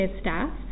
staff